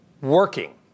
working